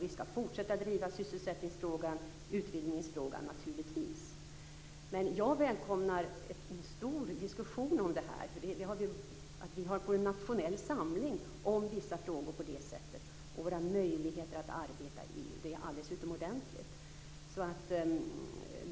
Vi skall fortsätta att driva sysselsättningsfrågan och utvidgningsfrågan naturligtvis. Men jag välkomnar en stor diskussion om det här så att vi får en nationell samling om vissa frågor och våra möjligheter att arbeta i EU. Det är alldeles utomordentligt.